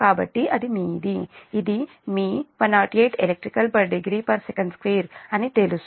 కాబట్టి అది మీది ఇది మీది 108 elect degree Sec2 అని తెలుసు